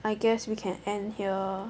I guess we can end here